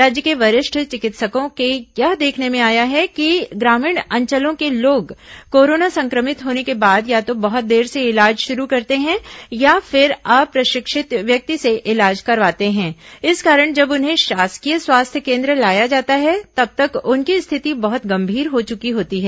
राज्य के वरिष्ठ चिकित्सको के यह देखने में आया है कि ग्रामीण अंचलों के लोग कोरोना संक्रमित होने के बाद या तो बहुत देर से इलाज शुरू करते हैं या फिर अप्रशिक्षित व्यक्ति से इलाज करवाते हैं इस कारण जब उन्हें शासकीय स्वास्थ्य केन्द्र लाया जाता है तब तक उनकी स्थिति बहुत गंभीर हो चुकी होती है